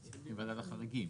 החריגים.